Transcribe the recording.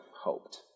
hoped